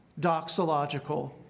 doxological